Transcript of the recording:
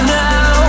now